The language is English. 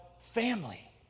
family